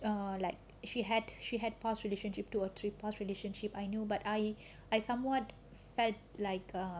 err like she had she had past relationship two or three past relationship I knew but I I somewhat but like uh